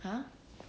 !huh!